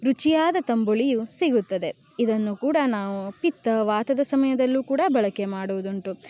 ರುಚಿಯಾದ ತಂಬುಳಿಯು ಸಿಗುತ್ತದೆ ಇದನ್ನು ಕೂಡ ನಾವು ಪಿತ್ತ ವಾತದ ಸಮಯದಲ್ಲೂ ಕೂಡ ಬಳಕೆ ಮಾಡುವುದುಂಟು